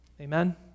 Amen